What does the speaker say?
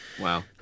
Wow